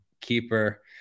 keeper